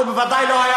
ואם הוא לא,